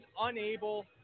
unable